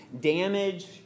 damage